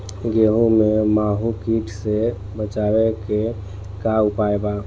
गेहूँ में माहुं किट से बचाव के का उपाय बा?